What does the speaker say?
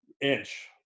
inch